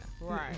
Right